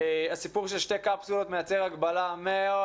הסיפור של שתי קפסולות מייצר הגבלה מאוד